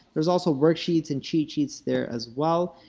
there's also worksheets and cheat sheets there as well.